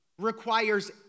requires